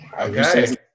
Okay